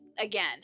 again